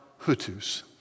Hutus